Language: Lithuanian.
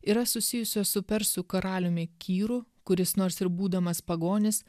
yra susijusios su persų karaliumi kiru kuris nors ir būdamas pagonis